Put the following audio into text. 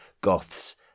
Goths